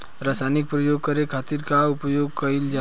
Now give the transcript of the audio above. रसायनिक प्रयोग करे खातिर का उपयोग कईल जाइ?